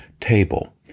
table